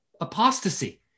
apostasy